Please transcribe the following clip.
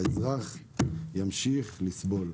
זו תהיה ברכה לבטלה, והאזרח ימשיך לסבול.